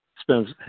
Spends